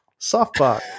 softbox